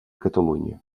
catalunya